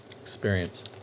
experience